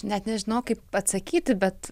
net nežinau kaip atsakyti bet